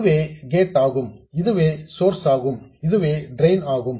இதுவே கேட் ஆகும் இதுவே சோர்ஸ் ஆகும் இதுவே டிரெயின் ஆகும்